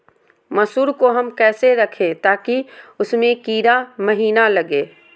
मसूर को हम कैसे रखे ताकि उसमे कीड़ा महिना लगे?